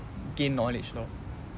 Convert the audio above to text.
gain knowledge lor